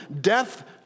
death